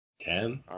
Ten